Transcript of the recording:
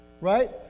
right